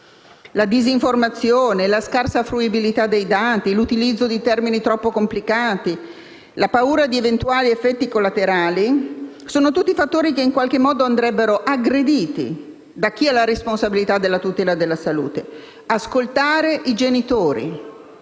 La disinformazione, la scarsa fruibilità dei dati, l'utilizzo di termini troppo complicati, la paura di eventuali effetti collaterali sono tutti fattori che in qualche modo andrebbero aggrediti da chi ha la responsabilità della tutela della salute. Ascoltare i genitori,